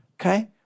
Okay